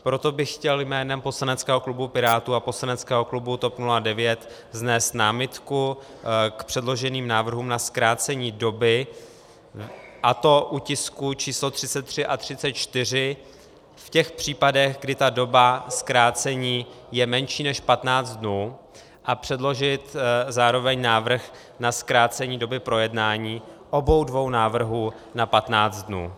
Proto bych chtěl jménem poslaneckého klubu Pirátů a poslaneckého klubu TOP 09 vznést námitku k předloženým návrhům na zkrácení doby, a to u tisků č. 33 a 34 v těch případech, kdy doba zkrácení je menší než patnáct dnů, a předložit zároveň návrh na zkrácení doby projednání obou dvou návrhů na patnáct dnů.